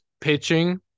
pitching